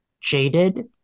jaded